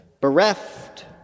bereft